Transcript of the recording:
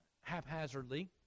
haphazardly